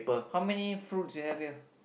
how many fruits you have here